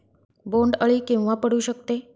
बोंड अळी केव्हा पडू शकते?